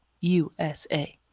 USA